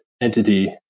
entity